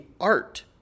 art